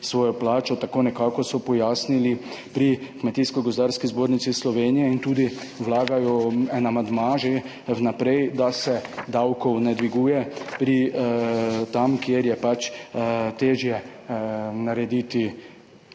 svojo plačo. Tako nekako so pojasnili pri Kmetijsko gozdarski zbornici Slovenije in tudi vlagajo en amandma že vnaprej, da se davkov ne dviguje tam, kjer je težje narediti